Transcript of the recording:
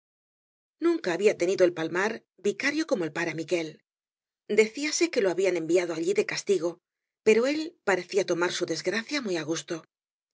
nunca había tenido el palmar vicario como el pare miquél decíase que lo habían enviado allí de castigo pero él parecía tomar su desgracia muy á gusto